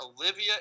Olivia